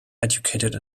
educated